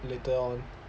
later on